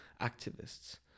activists